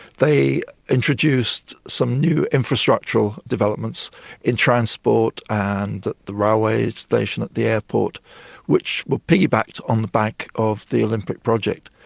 they introduced some new infrastructural developments in transport and the railway station at the airport which were piggybacked on the back of the olympic project.